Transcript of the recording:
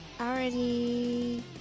already